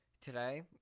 today